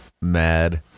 mad